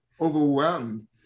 overwhelmed